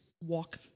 walk